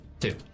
Two